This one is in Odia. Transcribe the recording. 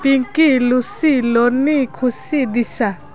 ପିଙ୍କି ଲୁସି ଲୋନି ଖୁସି ଦିଶା